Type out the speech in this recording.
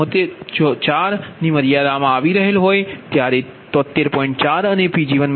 4 ની મર્યાદા આવી રહેલી હોય ત્યારે 73